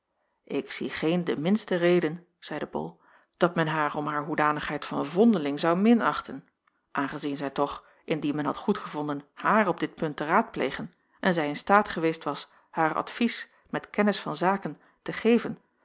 ik zie geene de minste reden zeide bol dat men haar om haar hoedanigheid van vondeling zou minachten aangezien zij toch indien men had goedgevonden haar op dit punt te raadplegen en zij in staat geweest was haar advies met kennis van zaken te geven